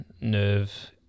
nerve